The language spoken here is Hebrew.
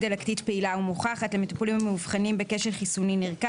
דלקתית פעילה ומוכחת; (3) למטופלים המאובחנים בכשל חיסוני נרכש